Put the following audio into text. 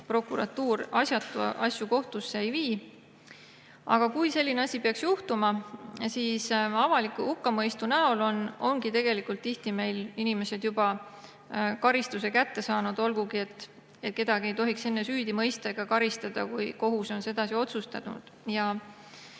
prokuratuur asjata asju kohtusse ei vii. Aga kui selline asi peaks juhtuma, siis avaliku hukkamõistu näol ongi tegelikult tihti inimesed juba karistuse kätte saanud, olgugi et kedagi ei tohiks enne süüdi mõista ega karistada, kui kohus on sedasi otsustanud.